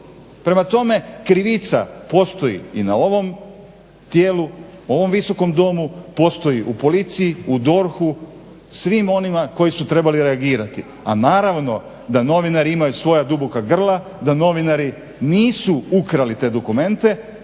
Prema tome krivica postoji i na ovom tijelu, ovom Visokom domu, postoji u Policiji, u DORH-u svim onima koji su trebali reagirati, a naravno da novinari imaju svoja duboka grla, da novinari nisu ukrali te dokumente